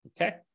Okay